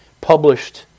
published